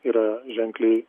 yra ženkliai